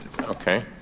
Okay